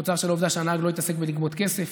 תוצר של עובדה שהנהג לא יתעסק בלגבות כסף,